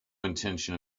intention